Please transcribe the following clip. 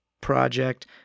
project